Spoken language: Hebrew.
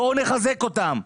בואו נחזק אותן.